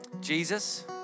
Jesus